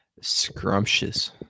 Scrumptious